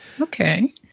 Okay